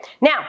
Now